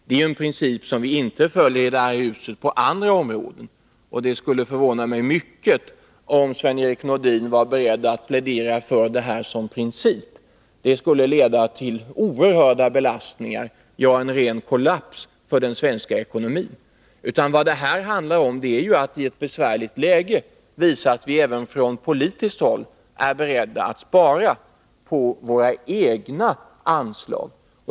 Det är en princip som vi inte följer i det här huset på andra områden, och det skulle förvåna mig, om Sven-Erik Nordin var beredd att plädera för detta som princip. Det skulle leda till oerhörda belastningar, ja, till en ren kollaps för den svenska ekonomin. Vad det här handlar om är att i ett besvärligt läge visa att vi även från politiskt håll är beredda att spara på våra egna anslag.